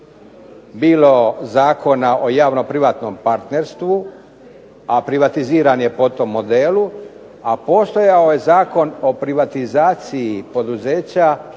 bilo zakona o javno-privatnom partnerstvu a privatiziran je po tom modelu, a postojao je Zakon o privatizaciji poduzeća